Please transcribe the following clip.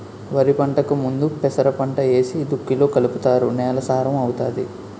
వరిపంటకు ముందు పెసరపంట ఏసి దుక్కిలో కలుపుతారు నేల సారం అవుతాది